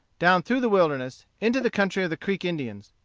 down through the wilderness, into the country of the creek indians.